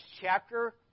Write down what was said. chapter